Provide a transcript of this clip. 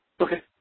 Okay